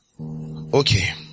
Okay